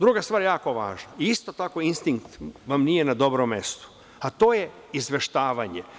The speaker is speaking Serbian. Druga stvar jako važna, isto tako instinkt vam nije na dobrom mestu, a to je izveštavanje.